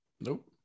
Nope